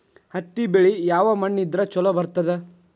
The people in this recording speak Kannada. ಹತ್ತಿ ಬೆಳಿ ಯಾವ ಮಣ್ಣ ಇದ್ರ ಛಲೋ ಬರ್ತದ?